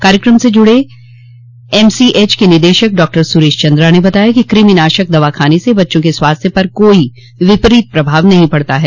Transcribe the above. कार्यक्रम से जुड़े एमसीएच के निदेशक डॉक्टर सुरेश चन्द्रा ने बताया कि कृमि नाशक दवा खाने से बच्चों के स्वास्थ्य पर कोई विपरीत प्रभाव नहीं पड़ता है